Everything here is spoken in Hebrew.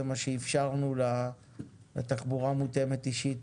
זה מה שאפשרנו לתחבורה מותאמת אישית,